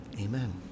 Amen